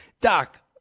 doc